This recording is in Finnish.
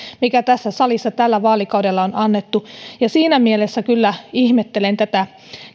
mitä tässä salissa tällä vaalikaudella on annettu ja siinä mielessä kyllä ihmettelen tätä